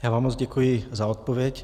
Moc vám děkuji za odpověď.